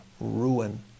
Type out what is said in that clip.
ruin